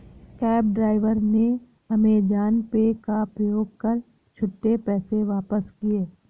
cab driver ने Amazon Pay का प्रयोग कर छुट्टे पैसे वापस किए